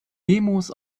demos